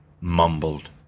mumbled